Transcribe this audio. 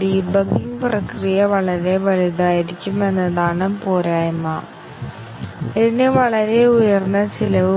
ഒരു ബഗ് അവതരിപ്പിച്ചതായി സൂചിപ്പിക്കുന്നതിൽ പരാജയപ്പെടുന്നു എന്നാണ്